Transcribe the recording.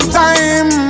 time